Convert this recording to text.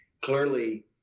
clearly